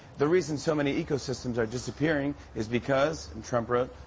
the reason so many ecosystems are disappearing is because. and trump wrote,